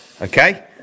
Okay